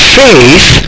faith